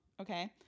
Okay